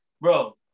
Bro